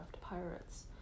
pirates